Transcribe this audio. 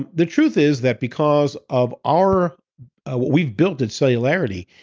and the truth is that because of our what we've built at celularity,